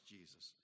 Jesus